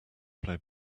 play